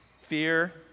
fear